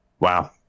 wow